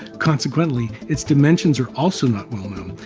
consequently, its dimensions are also not well known.